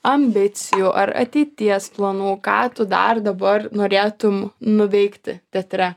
ambicijų ar ateities planų ką tu dar dabar norėtum nuveikti teatre